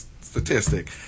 statistic